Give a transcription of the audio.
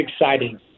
exciting